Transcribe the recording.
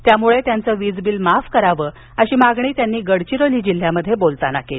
त्यामुळे त्यांचं वीजबिल माफ करावं अशी मागणी त्यांनी गडचिरोली जिल्ह्यात बोलताना केली